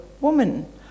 Woman